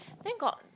then got